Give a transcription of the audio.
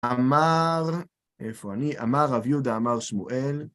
אמר, איפה אני? אמר רב יהודה, אמר שמואל,